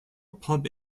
pub